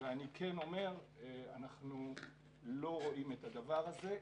ואני כן אומר שאנחנו לא רואים את הדבר הזה.